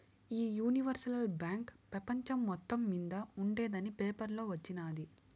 ఈ universal bank పెపంచం మొత్తం మింద ఉండేందని పేపర్లో వచిన్నాది